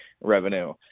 revenue